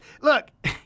Look